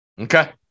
Okay